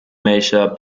measure